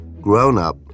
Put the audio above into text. grown-up